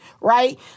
right